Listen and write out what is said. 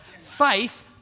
Faith